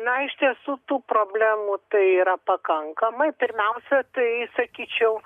na iš tiesų tų problemų tai yra pakankamai pirmiausia tai sakyčiau